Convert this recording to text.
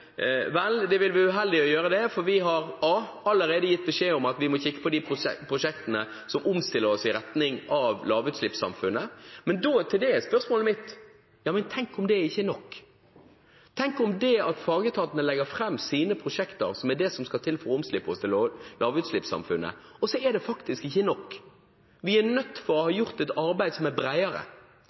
vel, det vil være uheldig å gjøre det, for vi har allerede gitt beskjed om at vi må kikke på de prosjektene som omstiller oss i retning av lavutslippssamfunnet. Men til det er spørsmålet mitt: Tenk om det ikke er nok? Tenk om fagetatene legger fram sine prosjekter, som er det som skal til for å omstille oss til lavutslippssamfunnet, og så er det faktisk ikke nok? Vi er nødt til å ha gjort et arbeid som er